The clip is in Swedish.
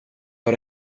har